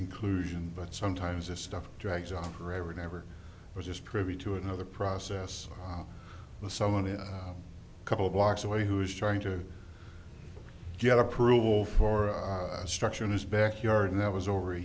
inclusion but sometimes this stuff drags on forever never was just privy to another process with someone in a couple of blocks away who is trying to get approval for a structure in his back yard that was over a